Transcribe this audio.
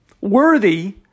worthy